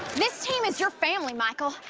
this team is your family, michael.